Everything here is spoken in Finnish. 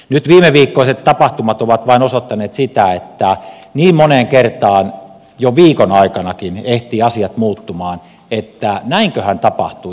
viimeviikkoiset tapahtumat ovat vain osoittaneet sitä että niin moneen kertaan jo viikon aikanakin ehtivät asiat muuttua että näinköhän tapahtuu